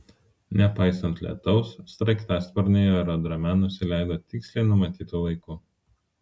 nepaisant lietaus sraigtasparniai aerodrome nusileido tiksliai numatytu laiku